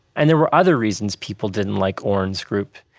and there were other reasons people didn't like orrin's group.